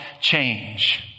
change